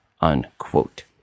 unquote